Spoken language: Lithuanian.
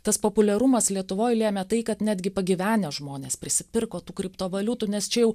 tas populiarumas lietuvoj lėmė tai kad netgi pagyvenę žmonės prisipirko tų kriptovaliutų nes čia jau